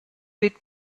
with